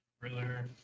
Thriller